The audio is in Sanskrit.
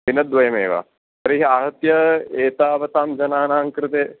दिनद्वयमेव तर्हि आहत्य एतावतां जनानां कृते